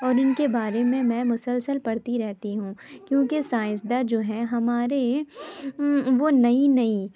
اور ان کے بارے میں میں مسلسل پڑھتی رہتی ہوں کیونکہ سائنسداں جو ہیں ہمارے وہ نئی نئی